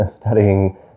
Studying